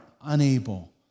unable